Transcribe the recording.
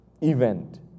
event